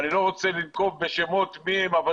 אני לא רוצה לנקוב בשמות מי אלה האנשים,